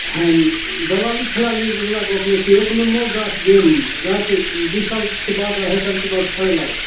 हइ दलाली फलालीवला गप नहि छै एक नम्बर गाछ देब गाछ दुइ सालके बाद अढ़ाइ सालके बाद फड़ै लागत